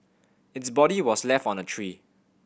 its body was left on a tree